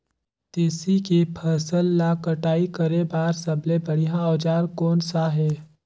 तेसी के फसल ला कटाई करे बार सबले बढ़िया औजार कोन सा हे?